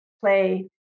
play